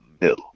middle